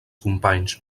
companys